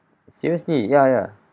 seriously ya ya